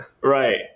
right